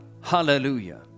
Hallelujah